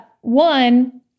one